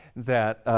that